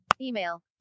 Email